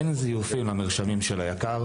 אין זיופים למרשמים של היק"ר,